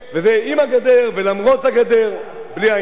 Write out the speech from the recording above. וזה עם הגדר ולמרות הגדר, בלי עין הרע.